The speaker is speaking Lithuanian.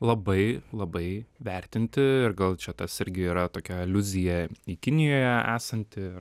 labai labai vertinti ir gal čia tas irgi yra tokia aliuzija į kinijoje esantį